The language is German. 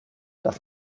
darf